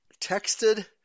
texted